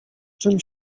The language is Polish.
czym